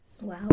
Wow